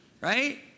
Right